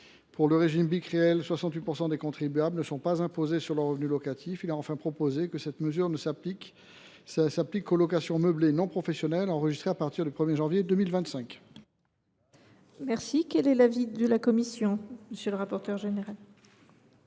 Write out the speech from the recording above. Dans le régime BIC réel, 68 % des contribuables ne sont pas imposés sur leurs revenus locatifs. Il est enfin proposé que cette mesure s’applique aux locations meublées non professionnelles enregistrées à partir du 1 janvier 2025. Quel est l’avis de la commission ? Défavorable.